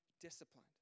disciplined